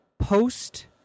Post